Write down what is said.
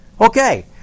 okay